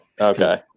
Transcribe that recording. Okay